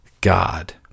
God